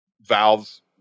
valve's